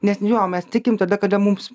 nes jo mes tikim tada kada mums